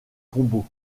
combo